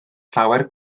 llawer